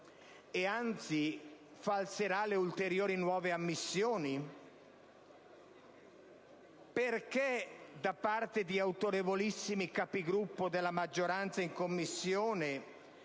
anzi falserà le ulteriori nuove ammissioni? Perché da parte di autorevolissimi Capigruppo della maggioranza in Commissione